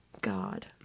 God